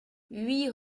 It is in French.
huit